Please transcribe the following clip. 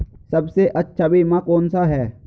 सबसे अच्छा बीमा कौन सा है?